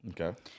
okay